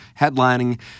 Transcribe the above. headlining